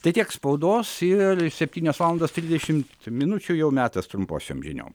tai tiek spaudos ir septynios valandos trisdešimt minučių jau metas trumposioms žiniom